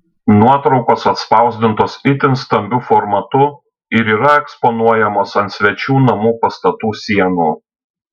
nuotraukos atspausdintos itin stambiu formatu ir yra eksponuojamos ant svečių namų pastatų sienų